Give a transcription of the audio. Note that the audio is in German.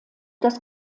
das